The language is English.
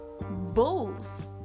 bulls